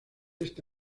este